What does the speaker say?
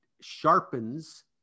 sharpens